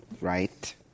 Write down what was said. right